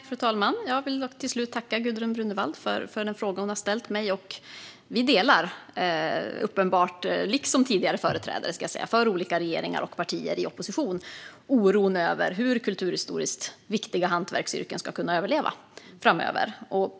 Fru talman! Jag tackar Gudrun Brunegård för de frågor hon ställt mig. Gudrun Brunegård och jag delar, liksom tidigare företrädare för olika regeringar och partier i opposition, uppenbart oron för hur kulturhistoriskt viktiga hantverksyrken ska kunna överleva.